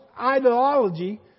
ideology